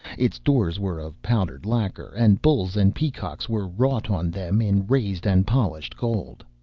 its doors were of powdered lacquer, and bulls and peacocks were wrought on them in raised and polished gold.